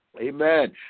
Amen